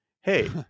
Hey